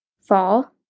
Fall